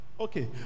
Okay